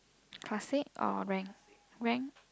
classic or ranked ranked